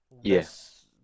Yes